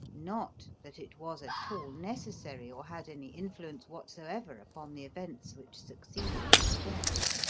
not that it was at all necessary or had any influence whatsoever upon the events which succeeded the step.